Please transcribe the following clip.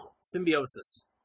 symbiosis